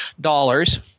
dollars